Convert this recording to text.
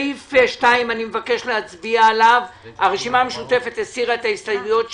אני מבקש להצביע על סעיף 2. הרשימה המשותפת הסירה את ההסתייגויות שלה.